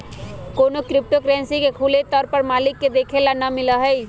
कौनो crypto currency के खुले तौर पर मालिक के देखे ला ना मिला हई